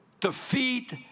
defeat